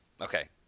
Okay